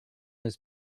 his